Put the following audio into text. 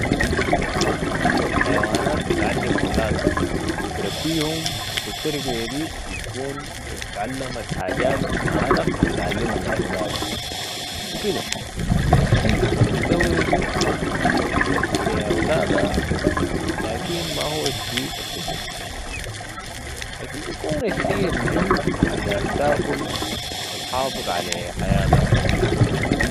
طبعا الحيوانات بتعلم اولادها ، وتربيهم وفي التربيه دي بتكون اتعلمت حاجات من اهاها بتعلمها لاولادها. و كده الشي البتورسو لي اولادها لكن ماهو الشي الكتير لكن بيكون الشي المهم عشان تاكل وتحافظ علي حياتا